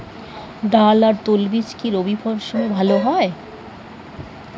ডাল আর তৈলবীজ কি রবি মরশুমে ভালো হয়?